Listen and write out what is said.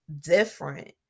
different